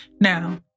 Now